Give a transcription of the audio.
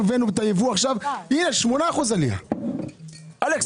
עלייה של 8%. אלכס,